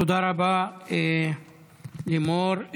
תודה רבה, לימור.